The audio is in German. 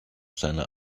seiner